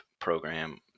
program